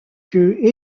que